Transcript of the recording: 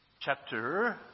chapter